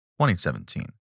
2017